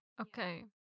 Okay